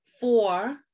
Four